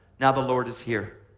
now the lord is here.